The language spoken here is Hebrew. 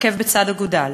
עקב בצד אגודל,